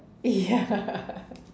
ya